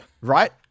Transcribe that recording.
right